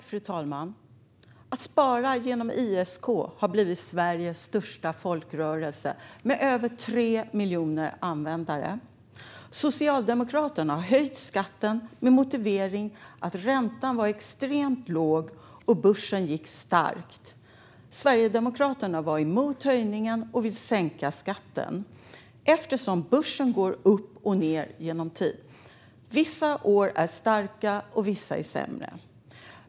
Fru talman! Att spara genom ISK har blivit Sveriges största folkrörelse med över 3 miljoner användare. Socialdemokraterna har höjt skatten med motiveringen att räntan var extremt låg och börsen gick starkt. Sverigedemokraterna var emot höjningen och vill sänka skatten, eftersom börsen går upp och ned över tid. Vissa år är starka och vissa är sämre.